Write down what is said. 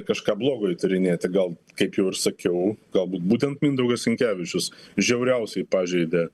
kažką blogo įtarinėti gal kaip jau ir sakiau galbūt būtent mindaugas sinkevičius žiauriausiai pažeidė